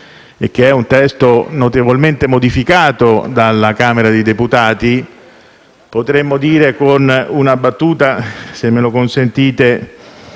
che è stato notevolmente modificato dalla Camera dei deputati, potremmo dire con una battuta, se me la consentite